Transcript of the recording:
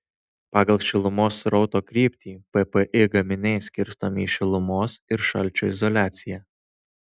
pagal šilumos srauto kryptį ppi gaminiai skirstomi į šilumos ir šalčio izoliaciją